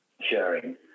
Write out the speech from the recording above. sharing